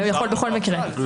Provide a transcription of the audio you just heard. הוא בכל מקרה יכול.